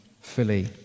fully